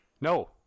No